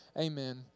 amen